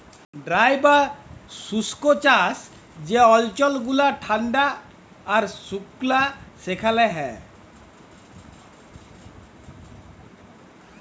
dry বা শুস্ক চাষ যে অল্চল গুলা ঠাল্ডা আর সুকলা সেখালে হ্যয়